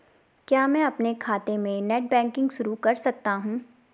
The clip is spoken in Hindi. क्या मैं अपने खाते में नेट बैंकिंग शुरू कर सकता हूँ?